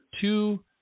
two